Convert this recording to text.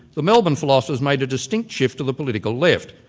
the melbourne philosophers made a distinct shift to the political left.